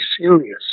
serious